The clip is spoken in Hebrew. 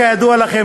כידוע לכם,